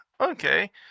okay